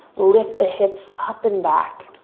lift the hips up and back,